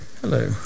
hello